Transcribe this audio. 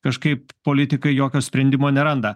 kažkaip politikai jokio sprendimo neranda